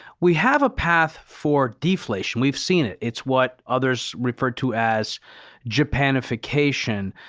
we have a path for deflation. we've seen it. it's what others referred to as japanification.